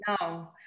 no